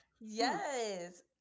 Yes